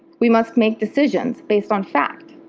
we must make decisions based on facts,